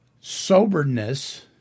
soberness